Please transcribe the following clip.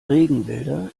regenwälder